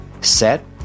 Set